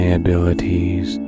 abilities